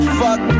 fuck